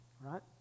right